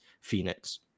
Phoenix